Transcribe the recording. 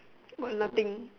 what nothing